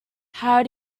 how